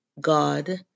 God